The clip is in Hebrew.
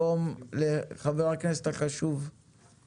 חבר הכנסת אורי